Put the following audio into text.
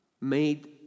made